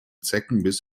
zeckenbiss